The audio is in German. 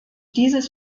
dieses